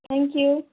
thank you